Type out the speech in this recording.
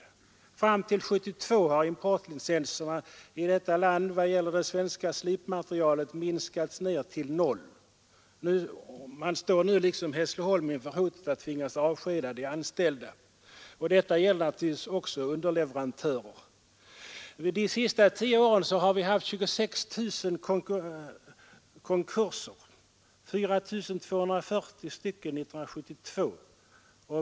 Fram till 1972 har importlicenserna i detta land beträffande det svenska slipmaterialet minskats ned till noll. Man står nu liksom Hässleholms Mekaniska AB inför hotet att behöva avskeda de anställda. Problemet gäller naturligtvis också underleverantörer. Under de senaste tio åren har vi haft 26 000 konkurser, därav 4 240 år 1972.